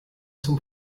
zum